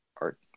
art